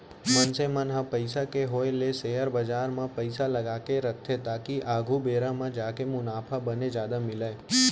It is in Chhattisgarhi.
मनसे मन ह पइसा के होय ले सेयर बजार म पइसा लगाके रखथे ताकि आघु बेरा म जाके मुनाफा बने जादा मिलय